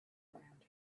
around